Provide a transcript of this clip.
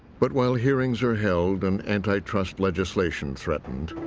but while hearings are held, and anti-trust legislation threatened,